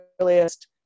earliest